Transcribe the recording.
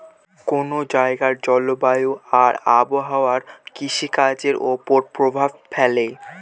কোন জায়গার জলবায়ু আর আবহাওয়া কৃষিকাজের উপর প্রভাব ফেলে